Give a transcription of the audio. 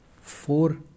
four